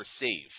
receive